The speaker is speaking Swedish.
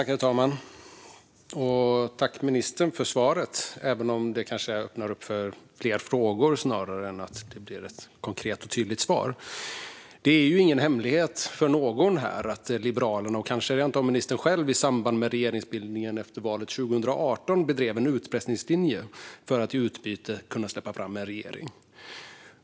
Herr talman! Jag tackar ministern för svaret, även om det snarare öppnar för fler frågor än ger konkreta och tydliga svar. Det är ingen hemlighet att Liberalerna, kanske rent av ministern själv, i samband med regeringsbildningen efter valet 2018 bedrev en utpressningslinje för att i utbyte släppa fram en regering.